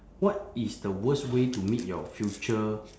what is the worst way to meet your future